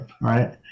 right